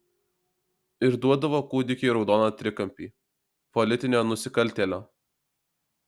ir duodavo kūdikiui raudoną trikampį politinio nusikaltėlio